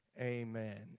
amen